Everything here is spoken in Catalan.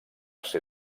ser